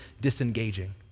disengaging